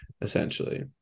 Essentially